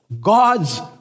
God's